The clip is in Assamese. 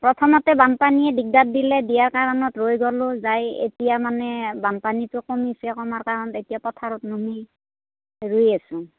প্ৰথমতে বানপানীয়ে দিগদাৰ দিলে দিয়াৰ কাৰণত ৰৈ গ'লো যায় এতিয়া মানে বানপানীটো কমিছে কমাৰ কাৰণে এতিয়া পথাৰত নামি ৰুই আছোঁ